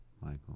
Michael